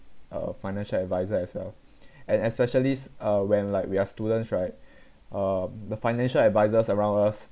uh financial advisor as well and especially uh when like we are students right uh the financial advisors around us